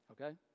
Okay